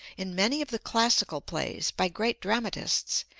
in many of the classical plays, by great dramatists,